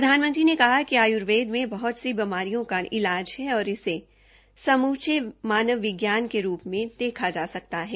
प्रधानमंत्री ने कहा कि आयुर्वेद में बहत सी बीमारियों का इलाज है और इसे समूचे मानव विज्ञान के रूप में देखा जा सकता है